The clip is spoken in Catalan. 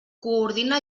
coordina